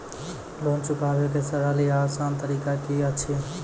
Loan चुकाबै के सरल या आसान तरीका की अछि?